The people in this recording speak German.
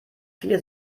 viele